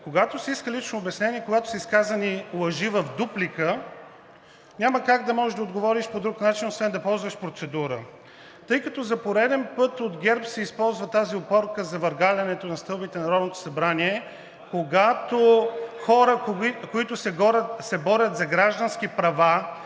когато се иска лично обяснение и когато са изказани лъжи в дуплика, няма как да отговориш по друг начин, освен да ползваш процедура. Тъй като за пореден път от ГЕРБ се използва тази опорка за „въргалянето на стълбите на Народното събрание“, когато хора, които се борят за граждански права,